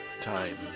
time